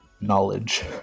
knowledge